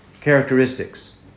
characteristics